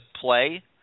play –